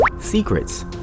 Secrets